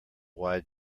wide